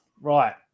Right